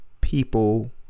people